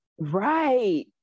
right